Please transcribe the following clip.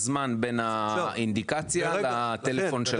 הזמן בין האינדיקציה לטלפון.